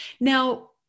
Now